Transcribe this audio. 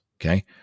okay